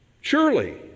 Surely